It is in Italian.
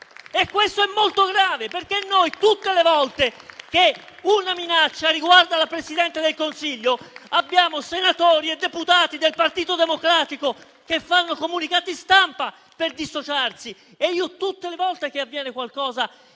e questo è molto grave perché noi, tutte le volte che una minaccia riguarda la Presidente del Consiglio, abbiamo senatori e deputati del Partito Democratico che fanno comunicati stampa per dissociarsi e io tutte le volte che avviene qualcosa